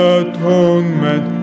atonement